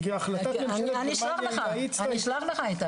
כי החלטת ממשלה גרמניה --- אני אשלח לך את זה.